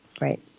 right